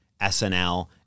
SNL